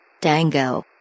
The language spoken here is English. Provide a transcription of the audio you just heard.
Dango